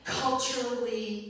culturally